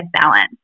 balance